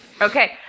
okay